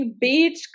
beach